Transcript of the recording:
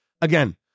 Again